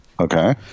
Okay